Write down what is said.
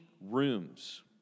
rooms